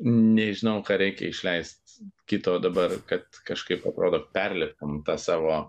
nežinau ką reikia išleist kito dabar kad kažkaip atrodo perlipam tą savo